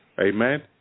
Amen